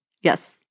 yes